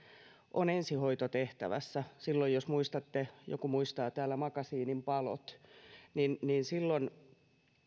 on ensihoitotehtävässä jos joku täällä muistaa makasiinin palot silloin